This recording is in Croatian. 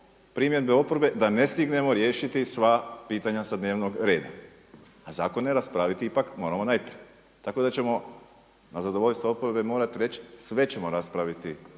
primjedbe oporbe da ne stignemo riješiti sva pitanja sa dnevnog reda, a zakone raspraviti ipak moramo. Tako da ćemo na zadovoljstvo oporbe morati reći sve ćemo raspraviti